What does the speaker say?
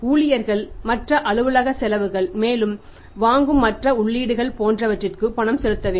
ஊழியர்கள் மற்ற அலுவலக செலவுகள் மேலும் வாங்கும் மற்ற உள்ளீடுகள் போன்றவற்றிற்கு பணம் செலுத்த வேண்டும்